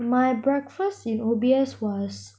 my breakfast in O_B_S was